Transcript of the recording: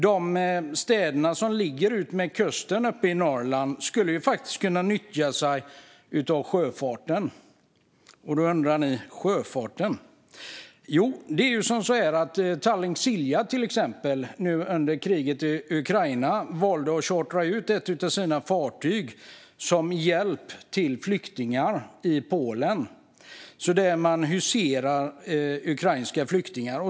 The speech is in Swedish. De städer som ligger utmed kusten uppe i Norrland skulle kunna nyttja sjöfarten. Då tänker ni: Sjöfarten? Jo, under kriget i Ukraina har exempelvis Tallink Silja valt att chartra ut ett av sina fartyg som hjälp till flyktingar i Polen. Man huserar alltså ukrainska flyktingar där.